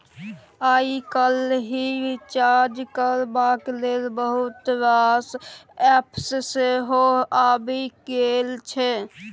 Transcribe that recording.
आइ काल्हि रिचार्ज करबाक लेल बहुत रास एप्प सेहो आबि गेल छै